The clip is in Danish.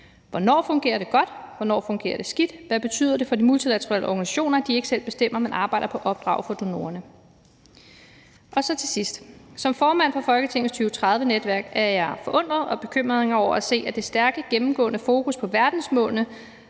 Hvornår fungerer det godt? Hvornår fungerer det skidt? Hvad betyder det for de multilaterale organisationer, at de ikke selv bestemmer, men arbejder på opdrag fra donorerne? Til sidst vil jeg sige, at som formand for Folketingets 2030-netværk er jeg forundret og bekymret over at se, at det stærke gennemgående fokus på verdensmålene,